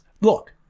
Look